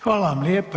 Hvala vam lijepo.